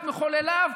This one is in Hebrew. את מחולליו,